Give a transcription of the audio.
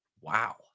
Wow